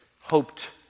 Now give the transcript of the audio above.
hoped